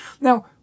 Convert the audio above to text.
Now